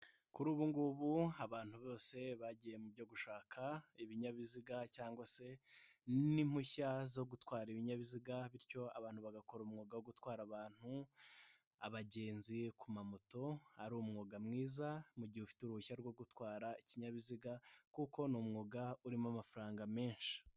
Kuri ubu ngubu abantu bose bagiye mu byo gushaka ibinyabiziga cyangwa se n'impushya zo gutwara ibinyabiziga, bityo abantu bagakora umwuga wo gutwara abantu abagenzi ku ma moto ari umwuga mwiza mu mugihe ufite uruhushya rwo gutwara ikinyabiziga kuko ni umwuga urimo amafaranga menshi.